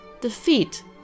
defeat